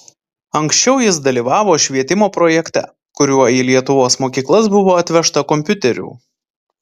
anksčiau jis dalyvavo švietimo projekte kuriuo į lietuvos mokyklas buvo atvežta kompiuterių